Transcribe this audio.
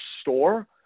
store